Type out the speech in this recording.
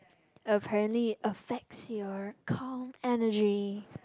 apparently affects your core energy